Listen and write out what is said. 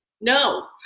No